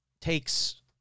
takes